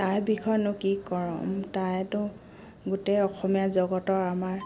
তাইৰ বিষয়নো কি ক'ম তাইতো গোটেই অসমীয়া জগতৰ আমাৰ